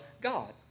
God